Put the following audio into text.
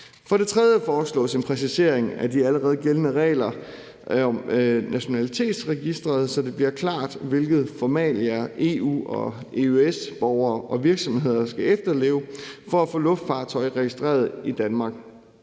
For det tredje foreslås en præcisering af de allerede gældende regler om nationalitetsregisteret, så det bliver klart, hvilke formalia EU- og EØS-borgere og virksomheder skal efterleve for at få luftfartøjer registreret i Danmark.